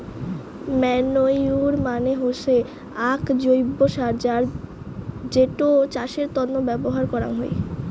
manure মানে হসে আক জৈব্য সার যেটো চাষের তন্ন ব্যবহার করাঙ হই